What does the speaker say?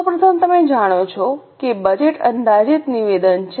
સૌ પ્રથમ તમે જાણો છો કે બજેટ અંદાજિત નિવેદન છે